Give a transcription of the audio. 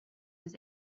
his